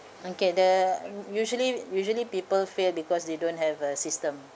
okay yeah mm usually usually people failed because they don't have a system